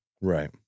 Right